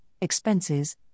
expenses